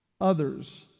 others